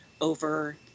over